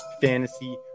fantasy